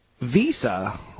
Visa